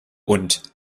und